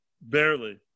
barely